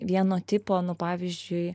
vieno tipo nu pavyzdžiui